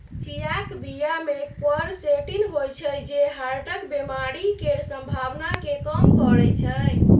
चियाक बीया मे क्वरसेटीन होइ छै जे हार्टक बेमारी केर संभाबना केँ कम करय छै